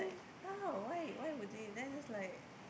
how why why would they then it's like